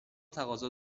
تقاضا